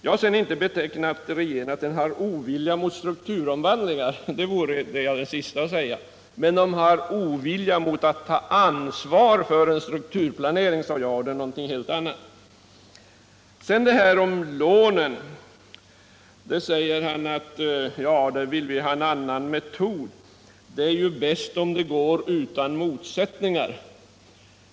Jag har inte påstått att regeringen hyser ovilja mot strukturomvandlingar, det vore jag den siste att säga, men den är ovillig att ta ansvar för en strukturplanering, och det är något helt annat. Herr Börjesson säger vidare att det vore bäst om de föreslagna lånen kunde betalas ut utan motsättningar.